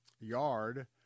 yard